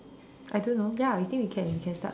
I don't know ya I think we can we can start now